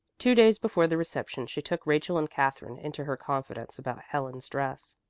two days before the reception she took rachel and katherine into her confidence about helen's dress.